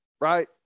right